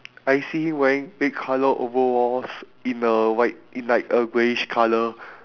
I see him wearing red colour overalls in a white in like a greyish colour